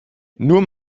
nur